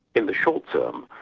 in the short term,